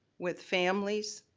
with families,